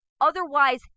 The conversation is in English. otherwise